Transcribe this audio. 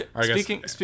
speaking